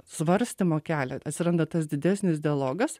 svarstymo kelią atsiranda tas didesnis dialogas